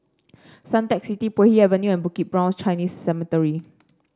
Suntec City Puay Hee Avenue and Bukit Brown Chinese Cemetery